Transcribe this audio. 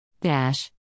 Dash